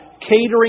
catering